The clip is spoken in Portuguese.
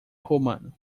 romano